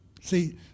see